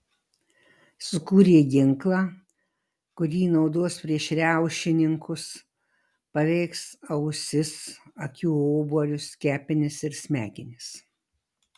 sukūrė ginklą kurį naudos prieš riaušininkus paveiks ausis akių obuolius kepenis ir smegenis